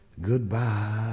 goodbye